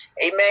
Amen